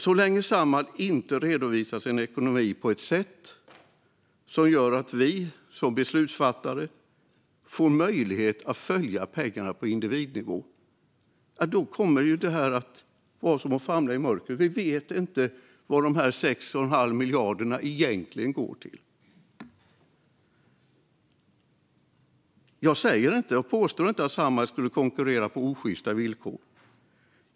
Så länge Samhall inte redovisar sin ekonomi på ett sätt som gör att vi som beslutsfattare får möjlighet att följa pengarna på individnivå kommer det att vara som att vi famlar i mörkret. Vi vet inte vad dessa 6,5 miljarder egentligen går till. Jag påstår inte att Samhall konkurrerar på osjysta villkor.